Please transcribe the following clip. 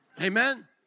Amen